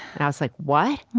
i was like, what?